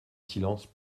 silence